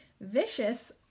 vicious